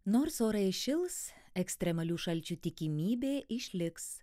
nors orai šils ekstremalių šalčių tikimybė išliks